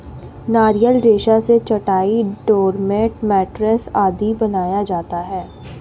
नारियल रेशा से चटाई, डोरमेट, मैटरेस आदि बनाया जाता है